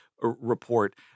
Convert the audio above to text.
report